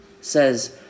says